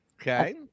Okay